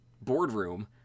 boardroom